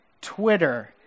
Twitter